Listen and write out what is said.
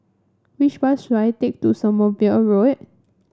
which bus should I take to Sommerville Road